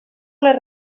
les